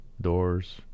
doors